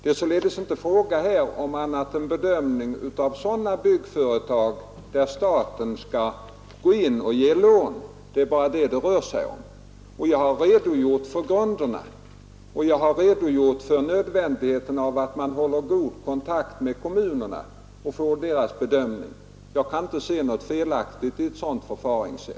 Det är således här bara fråga om en bedömning av sådana byggföretag som skall få lån av staten. Jag har redogjort för grunderna och för nödvändigheten av att man håller god kontakt med kommunerna och får deras bedömning. I ett sådant förfaringssätt kan jag inte se något felaktigt.